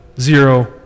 zero